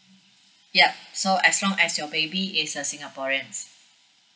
yup so as long as your baby is a singaporean